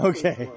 Okay